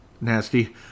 nasty